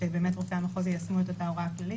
ושרופאי המחוז יישמו את אותה הוראה כללית.